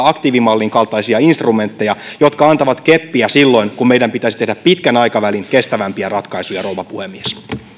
aktiivimallin kaltaisia instrumentteja jotka antavat keppiä silloin kun meidän pitäisi tehdä pitkän aikavälin kestävämpiä ratkaisuja rouva puhemies